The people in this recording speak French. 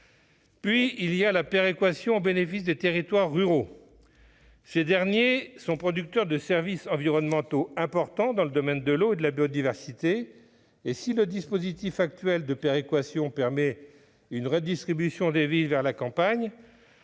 J'en viens à la péréquation au bénéfice des territoires ruraux. Ces derniers sont producteurs de « services environnementaux » importants dans le domaine de l'eau et de la biodiversité. Si le dispositif actuel de péréquation permet une redistribution des villes vers les campagnes,